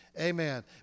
Amen